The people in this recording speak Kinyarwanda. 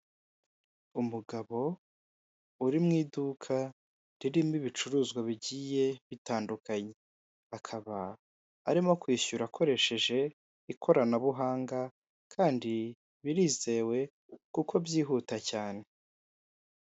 Umuhanda munini hakurya y'umuhanda hari inzu nini icururizwamo ibintu bitandukanye hari icyapa cy'amata n'icyapa gicuruza farumasi n'imiti itandukanye.